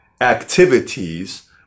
activities